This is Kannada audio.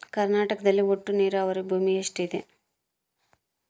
ಕರ್ನಾಟಕದಲ್ಲಿ ಒಟ್ಟು ನೇರಾವರಿ ಭೂಮಿ ಎಷ್ಟು ಇದೆ?